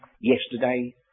Yesterday